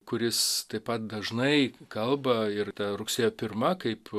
kuris taip pat dažnai kalba ir rugsėjo pirma kaip